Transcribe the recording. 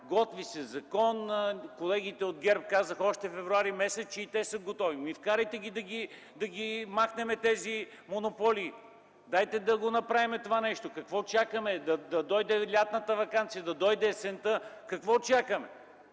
Готви се закон. Колегите от ГЕРБ казаха още м. февруари, че и те са готови. Вкарайте ги, да ги махнем тези монополи! Дайте да направим това нещо! Какво чакаме – да дойде лятната ваканция, да дойде есента? Какво чакаме?